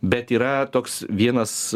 bet yra toks vienas